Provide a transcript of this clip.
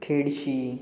खेडशी